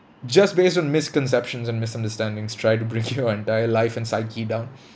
just based on misconceptions and misunderstandings tried to bring your entire life and psyche down